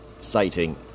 sighting